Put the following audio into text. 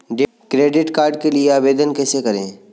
Credit card के लिए आवेदन कैसे करें?